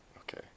Okay